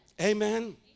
Amen